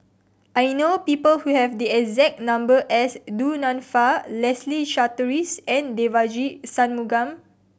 I know people who have the exact number as Du Nanfa Leslie Charteris and Devagi Sanmugam